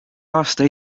aasta